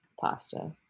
pasta